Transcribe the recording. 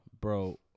Bro